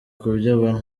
kubyo